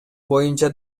боюнча